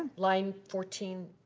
line fourteen,